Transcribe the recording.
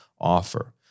offer